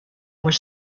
were